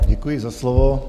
Děkuji za slovo.